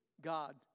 God